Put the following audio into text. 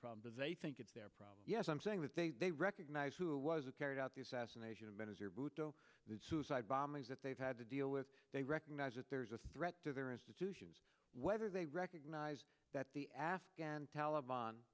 problem is they think it's their problem yes i'm saying that they they recognize who was it carried out the assassination of benazir bhutto the suicide bombings that they've had to deal with they recognize that there's a threat to their institutions whether they recognize that the afghan taliban